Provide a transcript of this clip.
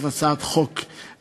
אני חושב שזאת הצעת חוק ראויה,